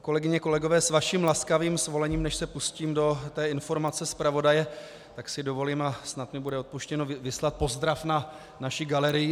Kolegyně, kolegové, s vaším laskavým svolením, než se pustím do informace zpravodaje, tak si dovolím, a snad mi bude odpuštěno, vyslat pozdrav na naši galerii.